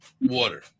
water